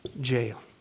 jail